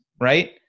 right